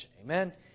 Amen